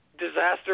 disaster